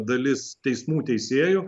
dalis teismų teisėjų